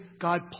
God